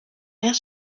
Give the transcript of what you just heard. mère